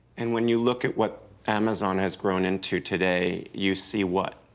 and when you look at what amazon has grown into today, you see what?